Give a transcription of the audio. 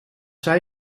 zij